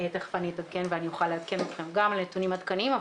תיכף אני אתעדכן ואני אוכל לעדכן אתכם גם על נתונים עדכניים,